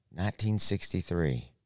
1963